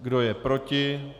Kdo je proti?